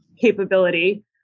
capability